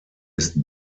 ist